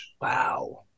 Wow